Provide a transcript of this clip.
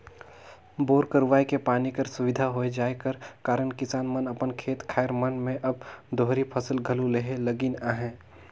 bore करवाए के पानी कर सुबिधा होए जाए कर कारन किसान मन अपन खेत खाएर मन मे अब दोहरी फसिल घलो लेहे लगिन अहे